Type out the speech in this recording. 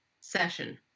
session